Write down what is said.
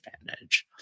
advantage